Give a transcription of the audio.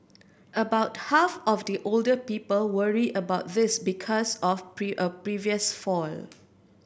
about half of the older people worry about this because of a previous fall